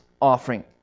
offering